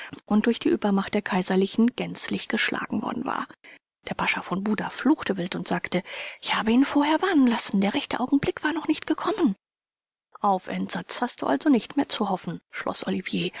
und durch die übermacht der kaiserlichen gänzlich geschlagen worden war der pascha von buda fluchte wild und sagte ich habe ihn vorher warnen lassen der rechte augenblick war noch nicht gekommen auf entsatz hast du also nicht mehr zu hoffen schloß olivier